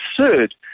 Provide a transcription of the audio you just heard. absurd